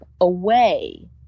away